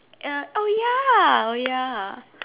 uh oh ya oh ya ha